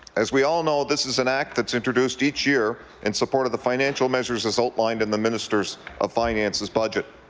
as we all know, this is an act that's introduced each year in support of the financial measures outlined in the minister of finance's budget.